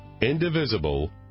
indivisible